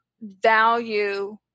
value